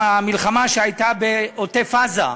המלחמה שהייתה בעוטף-עזה,